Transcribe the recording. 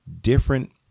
different